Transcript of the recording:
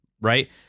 Right